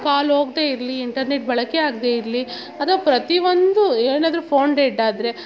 ಕಾಲ್ ಹೋಗ್ದೆ ಇರಲಿ ಇಂಟರ್ನೆಟ್ ಬಳಕೆ ಆಗದೆ ಇರಲಿ ಅಥ್ವಾ ಪ್ರತಿಯೊಂದು ಏನಾದರೂ ಫೋನ್ ಡೆಡ್ ಆದರೆ